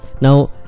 Now